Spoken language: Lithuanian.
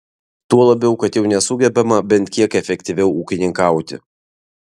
tuo labiau kad jau nesugebama bent kiek efektyviau ūkininkauti